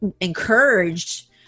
encouraged